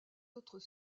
autres